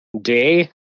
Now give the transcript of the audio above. day